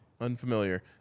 Unfamiliar